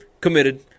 committed